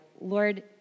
Lord